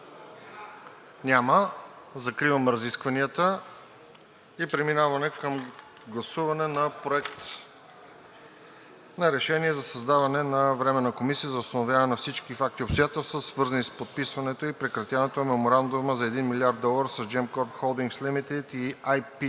Други изказвания? Няма. Преминаваме към гласуване на Проекта на решение за създаване на Временна комисия за установяване на всички факти и обстоятелства, свързани с подписването и прекратяването на Меморандума за 1 млрд. долара с Gemcorp Holdings Limited и IP3